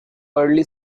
early